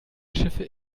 schiffe